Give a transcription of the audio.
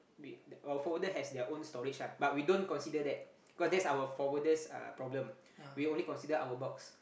we our forwarder has their own storage ah but we don't consider that cause that's our forwarder's uh problem we only consider our box